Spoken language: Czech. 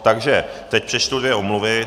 Takže teď přečtu dvě omluvy.